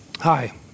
Hi